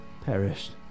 perished